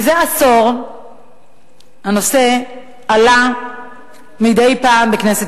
זה עשור הנושא עולה מדי פעם בכנסת